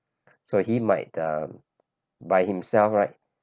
so he might ah by himself right